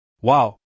Wow